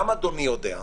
גם אדוני יודע,